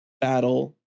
battle